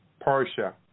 Persia